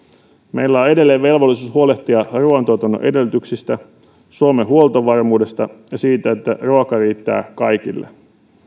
meillä on edelleen velvollisuus huolehtia ruuantuotannon edellytyksistä suomen huoltovarmuudesta ja siitä että ruoka riittää kaikille